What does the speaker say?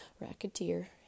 Racketeer